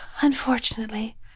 unfortunately